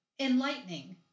enlightening